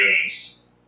games